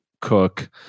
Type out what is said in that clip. cook